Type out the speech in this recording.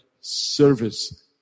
service